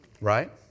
Right